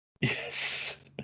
yes